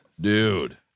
dude